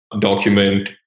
document